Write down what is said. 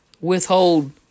withhold